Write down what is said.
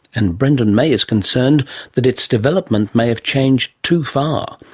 and brendan may is concerned that its development may have changed too far.